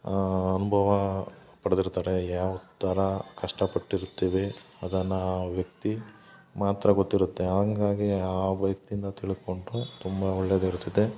ಆ ಅನ್ಭವ ಪಡೆದಿರುತ್ತಾರೆ ಯಾವ ಥರ ಕಷ್ಟಪಟ್ಟಿರ್ತೀವಿ ಅದನ್ನ ಆ ವ್ಯಕ್ತಿ ಮಾತ್ರ ಗೊತ್ತಿರುತ್ತೆ ಹಂಗಾಗಿ ಆ ವ್ಯಕ್ತಿಯಿಂದ ತಿಳ್ಕೊಂಡರೆ ತುಂಬ ಒಳ್ಳೆಯದಿರುತ್ತದೆ